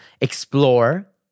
explore